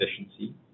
efficiency